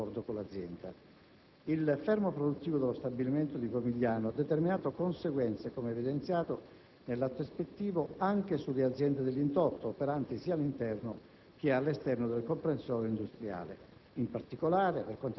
tra questi, 56 lavoratori hanno in seguito raggiunto un accordo con l'azienda. Il fermo produttivo dello stabilimento di Pomigliano d'Arco ha determinato, come evidenziato nell'atto ispettivo, conseguenze anche sulle aziende dell'indotto operanti sia all'interno